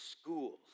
schools